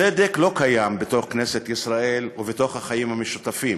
צדק לא קיים בתוך כנסת ישראל ובתוך החיים המשותפים.